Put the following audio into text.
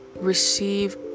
receive